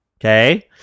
okay